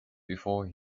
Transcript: before